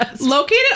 located